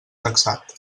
taxat